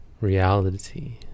reality